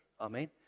Amen